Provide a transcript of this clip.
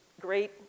great